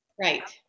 Right